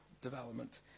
Development